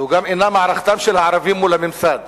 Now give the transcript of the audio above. זו גם אינה מערכתם של הערבים מול הממסד.